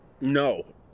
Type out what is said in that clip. No